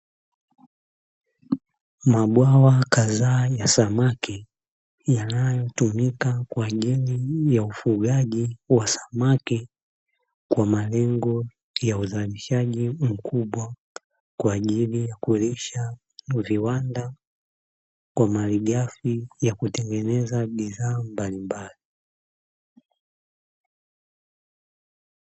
Mabwawa kadhaa ya samaki yanayotumika kwajili ya ufugaji wa samaki kwa malengo ya uzalishaji mkubwa, kwa ajili ya kulisha viwanda kwa malighafi ya kutengeneza bidhaa mbalimbali.